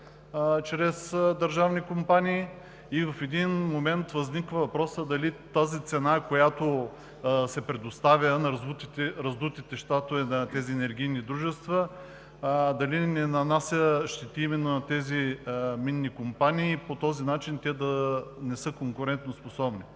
чрез държавни компании, в един момент възникнал въпросът дали тази цена, която се предоставя от тези енергийни дружества с раздути щатове, не нанася щети именно на тези минни компании и по този начин те да не са конкурентоспособни.